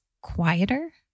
quieter